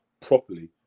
properly